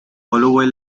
holloway